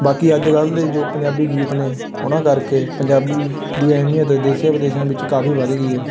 ਬਾਕੀ ਅੱਜ ਕੱਲ੍ਹ ਦੇ ਜੋ ਪੰਜਾਬੀ ਗੀਤ ਨੇ ਉਨ੍ਹਾਂ ਕਰਕੇ ਪੰਜਾਬੀ ਦੀ ਅਹਿਮੀਅਤ ਦੇਸ਼ਾਂ ਵਿਦੇਸ਼ਾਂ ਵਿੱਚ ਕਾਫੀ ਵੱਧ ਗਈ ਹੈ